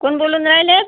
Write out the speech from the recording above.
कोण बोलून राहिलेत